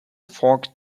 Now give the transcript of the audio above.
fog